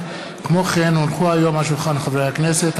כי הונחו היום על שולחן הכנסת,